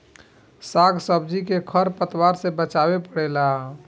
साग सब्जी के खर पतवार से बचावे के पड़ेला